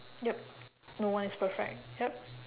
yup no one is perfect yup